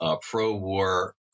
pro-war